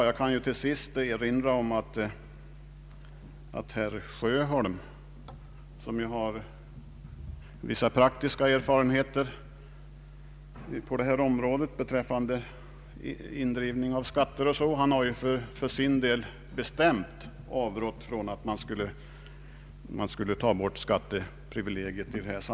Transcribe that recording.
Jag kan till sist erinra om att herr Sjöholm, som har vissa praktiska erfarenheter beträffande indrivning av skatter, för sin del bestämt har avrått från att ta bort skatteprivilegiet.